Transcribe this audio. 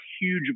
huge